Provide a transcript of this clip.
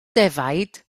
defaid